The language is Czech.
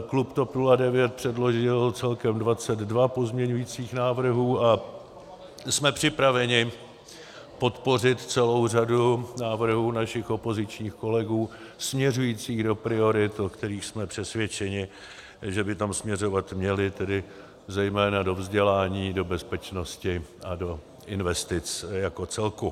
Klub TOP 09 předložil celkem 22 pozměňovacích návrhů a jsme připraveni podpořit celou řadu návrhů našich opozičních kolegů směřujících do priorit, o kterých jsme přesvědčeni, že by tam směřovat měly, tedy zejména do vzdělání, do bezpečnosti a do investic jako celku.